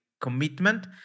commitment